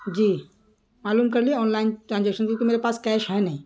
جی معلوم کر لیے آن لائن ٹرانزیکشن کیونکہ میرے پاس کیش ہے نہیں